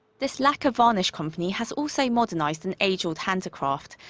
this lacquer varnish company has also modernized an age-old handicraft.